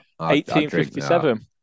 1857